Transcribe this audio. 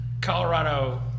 Colorado